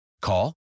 Call